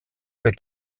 für